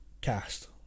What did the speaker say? cast